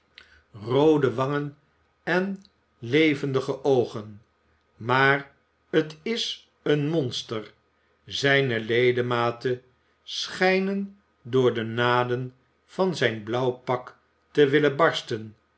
roode wangen en levendige oogen maar t is een monster zijne ledematen schijnen door de naden van zijn blauw pak te willen barsten